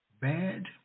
bad